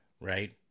Right